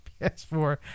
PS4